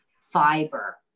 fiber